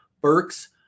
Burks